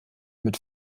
mit